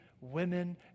women